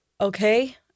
okay